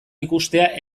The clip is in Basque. ikustea